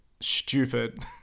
stupid